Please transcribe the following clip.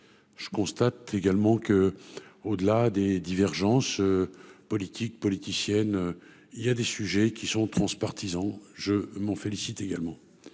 je constate également qu'au-delà des divergences politiques politiciennes, il y a des sujets qui sont transpartisan, je m'en félicite également,